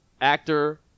actor